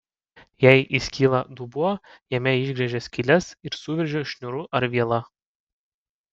jei įskyla dubuo jame išgręžia skyles ir suveržia šniūru ar viela